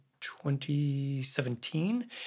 2017